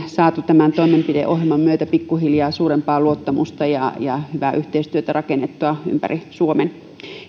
saatu tämän toimenpideohjelman myötä pikkuhiljaa suurempaa luottamusta ja hyvää yhteistyötä rakennettua ympäri suomen